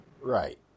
right